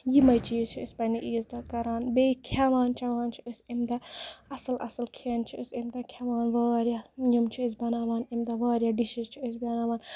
یِمے چیٖز چھِ أسۍ پَنٕنہِ عیٖز دۄہ کران بیٚیہِ کھٮ۪وان چیوان چھِ أسۍ اَمہِ دۄہ اَصٕل اَصٕل کھٮ۪ن چھُ أسۍ اَمہِ دۄہ کھٮ۪وان واریاہ یِم چیٖز بَناوان اَمہِ دۄہ واریاہ ڈِشز چھِ أسۍ بَناوان